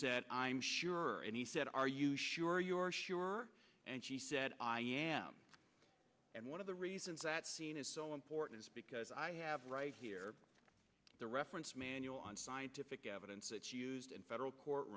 said i'm sure and he said are you sure you're sure and she said i am and one of the reasons that scene is so important is because i have right here the reference manual on scientific evidence in federal court